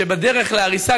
שבדרך להריסה,